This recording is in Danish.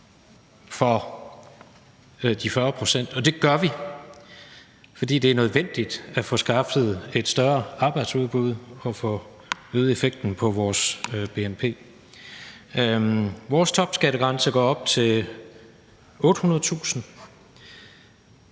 for de 40 pct. Og det gør vi, fordi det er nødvendigt at få skaffet et større arbejdsudbud og få øget effekten på vores bnp. Vores topskattegrænse går op til 800.000